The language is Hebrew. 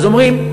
אז אומרים,